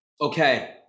Okay